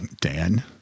Dan